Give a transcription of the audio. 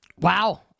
Wow